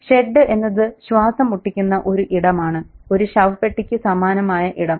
shed എന്നത് ശ്വാസം മുട്ടിക്കുന്ന ഒരു ഇടമാണ് ഒരു ശവപ്പെട്ടിയ്ക്ക് സമാനമായ ഇടം